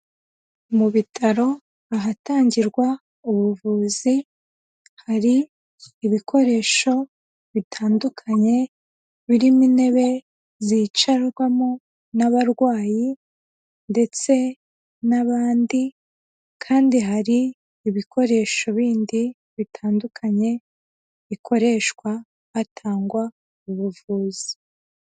Mu bitaro ahatangirwa ubuvuzi, hari ibikoresho bitandukanye, birimo intebe zicarwamo n'abarwayi ndetse n'abandi kandi hari ibikoresho bindi bitandukanye, bikoreshwa hatangwa ubuvuzi.